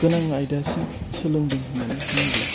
गोनां आइदासिम सोलोंदों होननानै बुङोब्ला